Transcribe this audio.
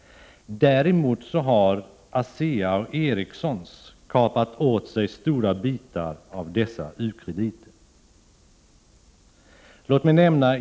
Däremot har ASEA och Ericsson kapat åt sig stora bitar av dessa u-krediter.